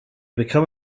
become